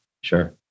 Sure